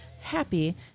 happy